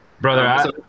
Brother